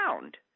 found